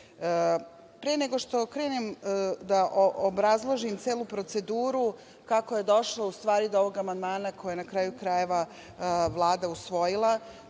nego što krenem, da obrazložim celu priču proceduru kako je došlo u stvari do ovog amandmana, koji je, na kraju krajeva, Vlada usvojila.